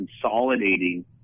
consolidating